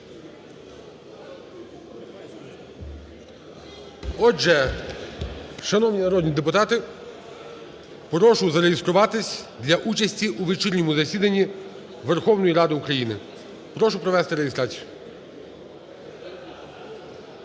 Отже, шановні народні депутати, прошу зареєструватись для участі у вечірньому засіданні Верховної Ради України. Прошу провести реєстрацію.